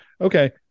Okay